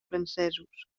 francesos